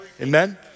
Amen